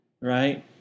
right